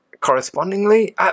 correspondingly